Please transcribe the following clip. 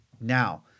Now